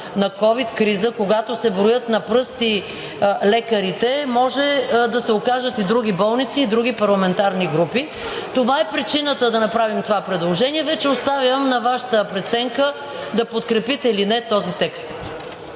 на ковид криза, когато се броят на пръсти лекарите, може да се окажат и други болници, и други парламентарни групи. Това е причината да направим това предложение, а вече оставям на Вашата преценка да подкрепите или не този текст.